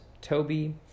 Toby